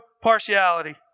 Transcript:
partiality